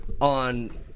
on